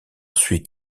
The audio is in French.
suit